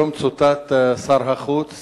היום צוטט שר החוץ